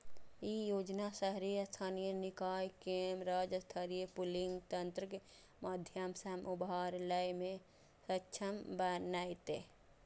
ई योजना शहरी स्थानीय निकाय कें राज्य स्तरीय पूलिंग तंत्रक माध्यम सं उधार लै मे सक्षम बनेतै